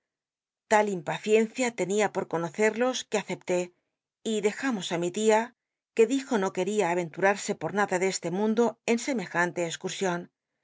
tal impaciencia tenia po conocel'los que acepté y dejamos ti mi tia que dijo no quería a aventurarse por nada tic e te mundo en semejante escuj'sion